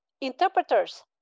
interpreters